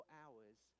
hours